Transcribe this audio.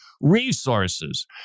resources